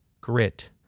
grit